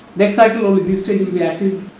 next cycle only this stage will be active